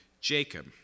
Jacob